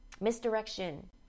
Misdirection